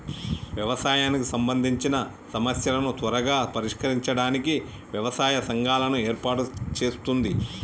వ్యవసాయానికి సంబందిచిన సమస్యలను త్వరగా పరిష్కరించడానికి వ్యవసాయ సంఘాలను ఏర్పాటు చేస్తుంది